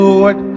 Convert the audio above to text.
Lord